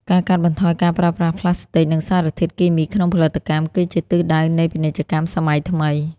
ការកាត់បន្ថយការប្រើប្រាស់ប្លាស្ទិក និងសារធាតុគីមីក្នុងផលិតកម្ម គឺជាទិសដៅនៃពាណិជ្ជកម្មសម័យថ្មី។